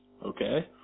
Okay